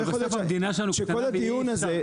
לא יכול להיות שכל הדיון הזה,